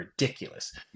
ridiculous